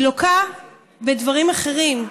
היא לוקה בדברים אחרים: